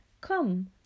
Come